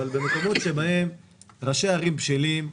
אבל במקומות שבהם ראשי הערים בשלים,